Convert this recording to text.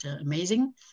amazing